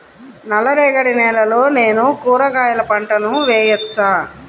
నల్ల రేగడి నేలలో నేను కూరగాయల పంటను వేయచ్చా?